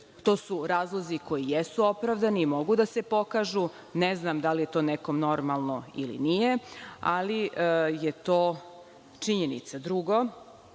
To su razlozi koji jesu opravdani i mogu da se pokažu. Ne znam da li je to nekome normalno ili nije, ali je to činjenica. Drugo,